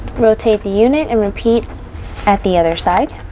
rotate the unit and repeat at the other side